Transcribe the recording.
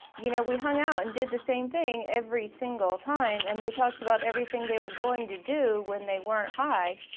you know we hung out and did the same thing every single time, and they talked about everything they were going to do when they weren't high,